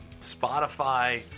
Spotify